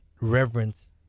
reverence